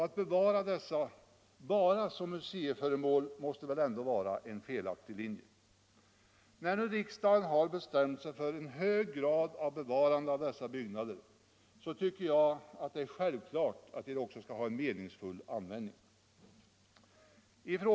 Att bevara dessa bara som museiföremål måste ändå vara en felaktig linje. När nu riksdagen har bestämt sig för en hög grad av bevarande av dessa byggnader tycker jag att det är självklart att de också skall ges en meningsfylld användning.